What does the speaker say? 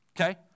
okay